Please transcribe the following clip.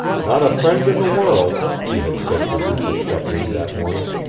not a friend in the world, he had said to rufus shepley that morning.